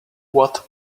what